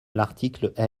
l’article